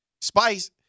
Spice